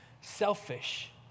selfish